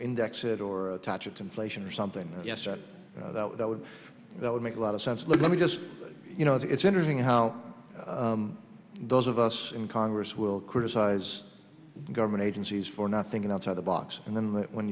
index it or attach it to inflation or something yes that would that would make a lot of sense let me just you know it's interesting how those of us in congress will criticize government agencies for not thinking outside the box and then when